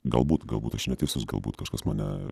galbūt galbūt aš neteisus galbūt kažkas mane